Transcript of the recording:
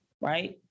right